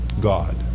God